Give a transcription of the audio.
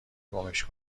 گمش